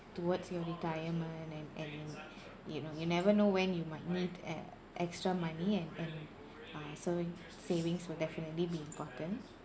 towards your retirement and and and you know you never know when you might need e~ extra money and and uh saving savings will definitely be important